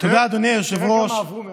תראה כמה עברו מאז.